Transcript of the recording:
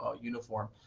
uniform